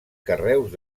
carreus